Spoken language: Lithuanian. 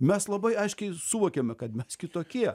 mes labai aiškiai suvokėme kad mes kitokie